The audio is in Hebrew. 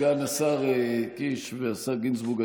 סגן השר קיש והשר גינזבורג,